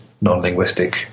non-linguistic